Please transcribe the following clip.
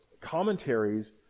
commentaries